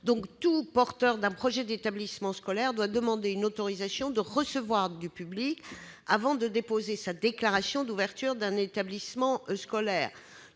que tout porteur d'un projet d'établissement scolaire doit demander une autorisation de recevoir du public avant de déposer sa déclaration d'ouverture d'un établissement scolaire.